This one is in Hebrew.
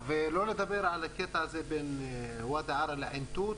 ולא לדבר על הקטע הזה בין ואדי ערה לעין תות,